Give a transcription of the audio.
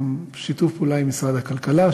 שיתוף פעולה עם משרד הכלכלה,